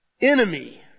enemy